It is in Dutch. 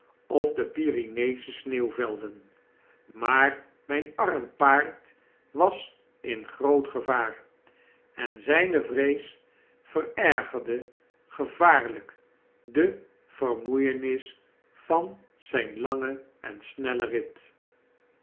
of pyreneesche sneeuwvelden maar myn arm paard was in groot gevaar en zyne vrees verergerde gevaarlyk de vermoeienis van zyn iangen en snellen rit